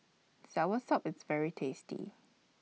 Soursop IS very tasty